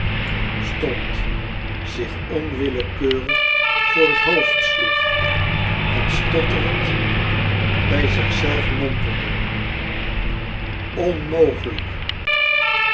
stond zich onwillekeurig voor t hoofd sloeg en stotterend bij zich zelf mompelde onmogelijk